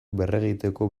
berregiteko